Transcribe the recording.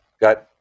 got